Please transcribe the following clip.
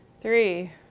three